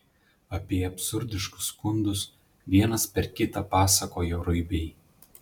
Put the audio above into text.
apie absurdiškus skundus vienas per kitą pasakojo ruibiai